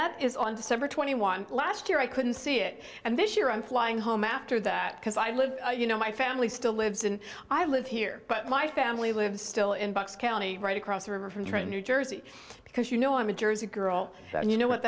that is on december twenty one last year i couldn't see it and this year i'm flying home after that because i live you know my family still lives and i live here but my family lives still in bucks county right across the river from trenton new jersey because you know i'm a jersey girl and you know what